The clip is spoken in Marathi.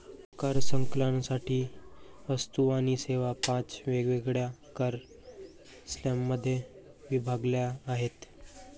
कर संकलनासाठी वस्तू आणि सेवा पाच वेगवेगळ्या कर स्लॅबमध्ये विभागल्या आहेत